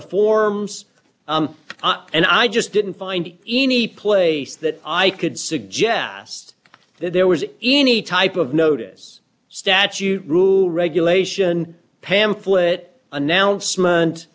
the forms and i just didn't find any place that i could suggest that there was any type of notice statute rude regulation pamphlet announcement